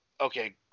okay